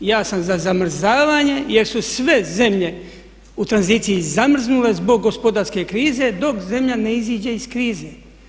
Ja sam za zamrzavanje, jer su sve zemlje u tranziciji zamrznule zbog gospodarske krize dok zemlja ne iziđe iz krize.